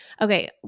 Okay